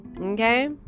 Okay